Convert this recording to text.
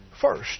first